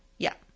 yeah.